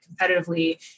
competitively